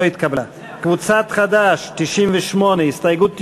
הסתייגות מס' 97, קבוצת בל"ד, נוכל